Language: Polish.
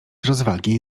rozwagi